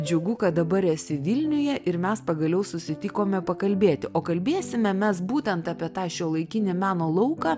džiugu kad dabar esi vilniuje ir mes pagaliau susitikome pakalbėti o kalbėsime mes būtent apie tą šiuolaikinį meno lauką